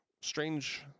strange